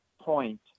point